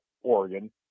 oregon